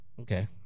Okay